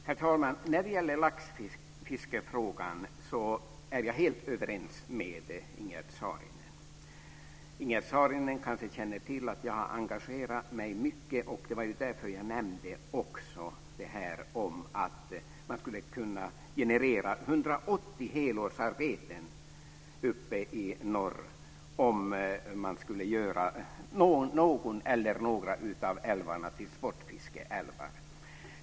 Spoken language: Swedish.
Herr talman! När det gäller laxfiskefrågan är jag helt överens med Ingegerd Saarinen. Ingegerd Saarinen kanske känner till att jag har engagerat mig mycket i frågan. Det var därför som jag också nämnde att man skulle kunna generera 180 helårsarbeten uppe i norr om man gjorde någon eller några av älvarna till sportfiskeälvar.